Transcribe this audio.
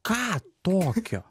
ką tokio